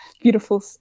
beautiful